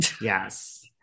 Yes